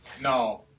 No